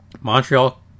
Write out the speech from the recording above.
Montreal